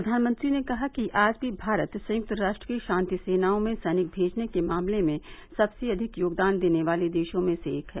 प्रधानमंत्री ने कहा कि आज भी भारत संयुक्त राष्ट्र की शांति सेनाओं में सैनिक भेजने के मामले में सबसे अधिक योगदान देने वाले देशों में से एक है